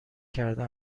کرده